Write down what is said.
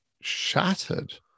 shattered